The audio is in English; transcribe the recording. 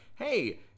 hey